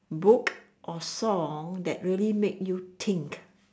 book or song that really make you think